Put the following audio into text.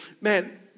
man